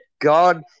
God